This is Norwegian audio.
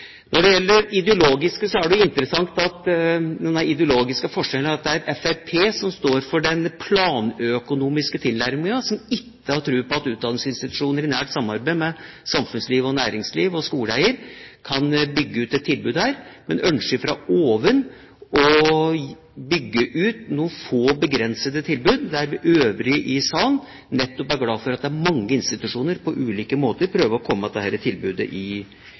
Når det gjelder ideologiske forskjeller, er det interessant at det er Fremskrittspartiet som står for den planøkonomiske tilnærmingen – Fremskrittspartiet som ikke har tro på at utdanningsinstitusjoner i nært samarbeid med samfunnsliv, næringsliv og skoleeier kan bygge ut et tilbud her, men ønsker fra oven å bygge ut noen få, begrensede tilbud, mens vi øvrige i salen nettopp er glade for at det er mange institusjoner som på ulike måter prøver å komme dette tilbudet i møte. Når det